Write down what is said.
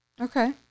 Okay